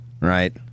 right